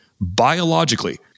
biologically